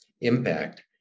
impact